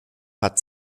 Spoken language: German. hat